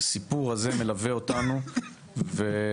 הסיפור הזה מלווה אותנו ולצערי,